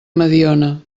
mediona